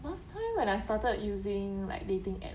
last time when I started using like dating app